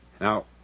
Now